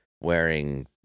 wearing